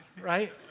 right